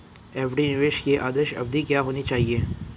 FD निवेश की आदर्श अवधि क्या होनी चाहिए?